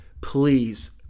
please